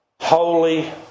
holy